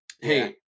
hey